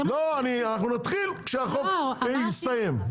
אנחנו נתחיל כשהחוק יסתיים,